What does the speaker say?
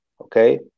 okay